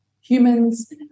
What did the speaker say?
humans